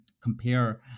compare